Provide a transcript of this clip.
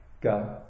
God